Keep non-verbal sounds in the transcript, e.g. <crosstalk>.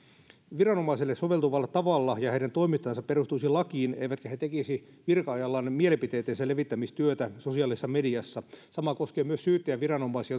viranomaiselle soveltuvalla tavalla ja heidän toimintansa perustuisi lakiin eivätkä he tekisi virka ajallaan mielipiteittensä levittämistyötä sosiaalisessa mediassa sama koskee myös syyttäjäviranomaisia <unintelligible>